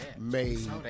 made